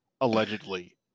allegedly